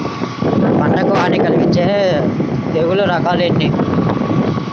పంటకు హాని కలిగించే తెగుళ్ల రకాలు ఎన్ని?